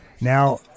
now